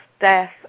death